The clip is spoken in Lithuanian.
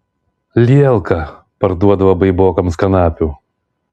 lelka parduodavo baibokams kanapių